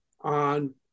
on